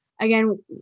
Again